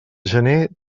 gener